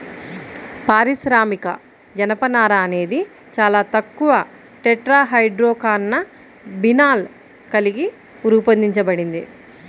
పారిశ్రామిక జనపనార అనేది చాలా తక్కువ టెట్రాహైడ్రోకాన్నబినాల్ కలిగి రూపొందించబడింది